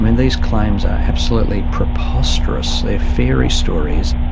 and these claims are absolutely preposterous, they're fairy stories.